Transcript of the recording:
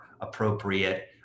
appropriate